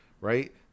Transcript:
right